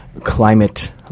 climate